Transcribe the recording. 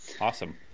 awesome